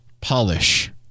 polish